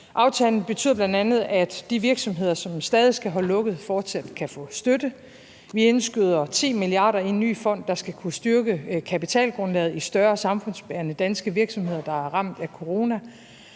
Aftalen betyder bl.a., at de virksomheder, som stadig skal holde lukket, fortsat kan få støtte. Vi indskyder 10 mia. kr. i en ny fond, der skal kunne styrke kapitalgrundlaget i større samfundsbærende danske virksomheder, der er ramt af coronakrisen,